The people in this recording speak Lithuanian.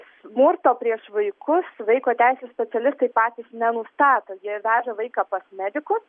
smurto prieš vaikus vaiko teisių specialistai patys nenustato jie veža vaiką pas medikus